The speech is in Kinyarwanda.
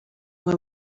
ngo